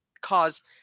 cause